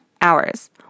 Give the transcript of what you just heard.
hours